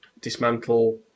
dismantle